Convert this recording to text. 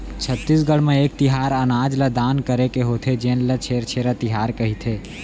छत्तीसगढ़ म एक तिहार अनाज ल दान करे के होथे जेन ल छेरछेरा तिहार कहिथे